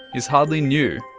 is hardly new,